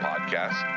podcast